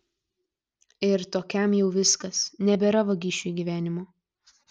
ir tokiam jau viskas nebėra vagišiui gyvenimo